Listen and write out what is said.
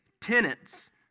tenants